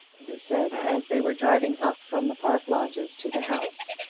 he said, as they were driving up from the park lodges to the house.